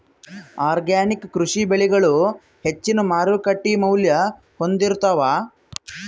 organic ಕೃಷಿ ಬೆಳಿಗಳು ಹೆಚ್ಚಿನ್ ಮಾರುಕಟ್ಟಿ ಮೌಲ್ಯ ಹೊಂದಿರುತ್ತಾವ